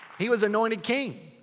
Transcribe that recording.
he was anointed king.